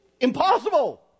impossible